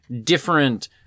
different